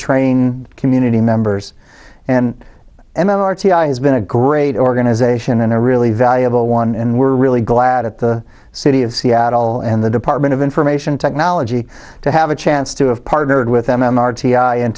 train community members and m m r t i has been a great organization and a really valuable one and we're really glad at the city of seattle and the department of information technology to have a chance to have partnered with m m r t i